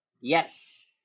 Yes